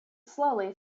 slowly